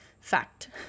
fact